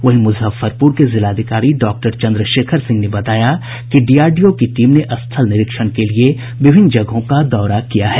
वहीं मुजफ्फरपुर के जिलाधिकारी डॉक्टर चंद्रशेखर सिंह ने बताया कि डीआरडीओ की टीम ने स्थल निरीक्षण के लिए विभिन्न जगहों का दौरा किया है